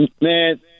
Man